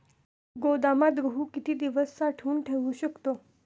गोदामात गहू किती दिवस साठवून ठेवू शकतो?